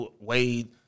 Wade